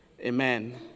Amen